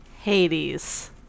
Hades